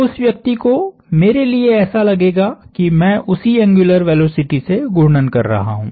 उस व्यक्ति को मेरे लिए ऐसा लगेगा कि मैं उसी एंग्युलर वेलोसिटी से घूर्णन कर रहा हूं